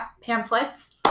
pamphlets